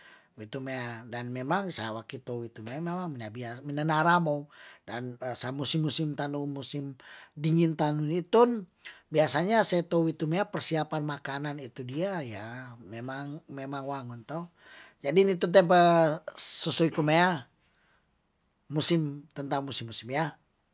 Wi tumea dan memang sawaki tou itu memang me nebiar minanaramo dan samusim- musim tanu musim dingin tan witun biasanya se tou itu mea persiapan makanan itu dia ya memang memang wangun toh. jadi witu te pa sesuai kumea musim tentang musim musim ya.